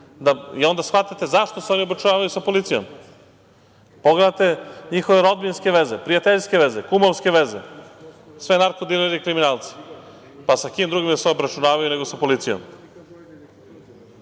Onda shvatate zašto se ovi obračunavaju sa policijom. Pogledajte njihove rodbinske veze, prijateljske veze, kumovske veze, sve narko-dileri i kriminalci. Pa sa kim drugim da se obračunavaju nego sa policijom? Upravo